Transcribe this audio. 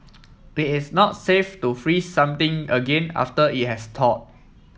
it is not safe to freeze something again after it has thawed